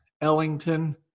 Ellington